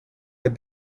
with